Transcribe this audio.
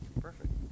perfect